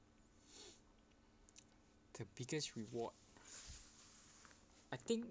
the biggest reward I think